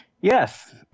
yes